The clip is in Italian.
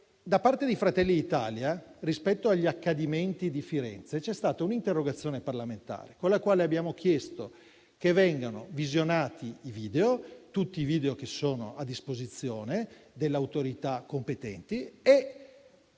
Da parte di Fratelli d'Italia, rispetto agli accadimenti di Firenze, c'è stata un'interrogazione parlamentare, con la quale abbiamo chiesto che vengano visionati tutti i video che sono a disposizione delle autorità competenti,